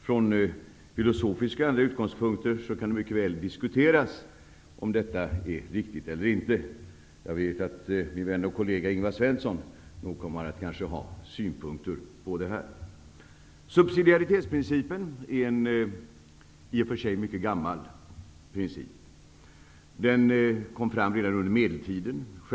Från filosofiska och andra utgångspunkter kan det mycket väl diskuteras om detta är riktigt eller inte. Jag vet att min vän och kollega Ingvar Svensson kommer att ha synpunkter på det här. Subsidiaritetsprincipen är i och för sig en mycket gammal princip. Den kom fram redan under medeltiden.